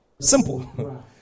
Simple